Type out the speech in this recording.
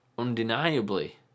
undeniably